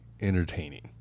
entertaining